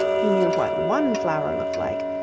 he knew what one flower looked like,